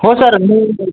हो सर मी येऊन जाईन